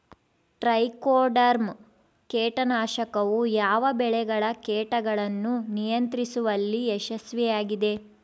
Trichoderma ಕೇಟನಾಶಕವು ಯಾವ ಬೆಳೆಗಳ ಕೇಟಗಳನ್ನು ನಿಯಂತ್ರಿಸುವಲ್ಲಿ ಯಶಸ್ವಿಯಾಗಿದೆ?